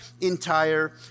entire